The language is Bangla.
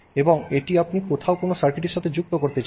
এবং এটি আপনি কোথাও কোনও সার্কিটের সাথে যুক্ত করতে চান